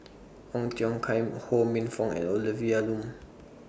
Ong Tiong Khiam Ho Minfong and Olivia Lum